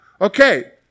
Okay